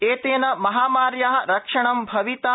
एतेन महामार्याः रक्षणं भविता